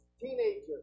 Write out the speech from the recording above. teenagers